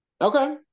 Okay